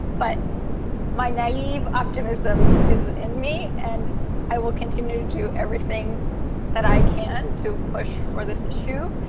but my naive optimism is in me and i will continue to do everything that i can to push for this issue,